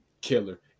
killer